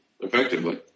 effectively